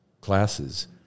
classes